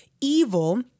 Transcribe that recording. evil